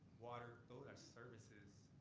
water those are services.